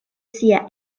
sia